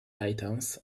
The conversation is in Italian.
titans